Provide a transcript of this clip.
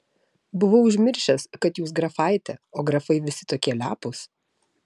buvau užmiršęs kad jūs grafaitė o grafai visi tokie lepūs